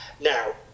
Now